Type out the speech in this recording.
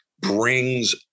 brings